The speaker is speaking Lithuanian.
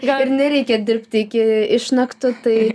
gal nereikia dirbti iki išnaktų tai